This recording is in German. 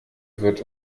wird